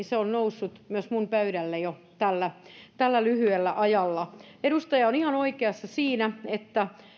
se on noussut myös minun pöydälleni jo tällä tällä lyhyellä ajalla edustaja on ihan oikeassa siinä että